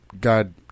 god